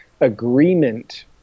Agreement